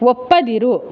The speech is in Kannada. ಒಪ್ಪದಿರು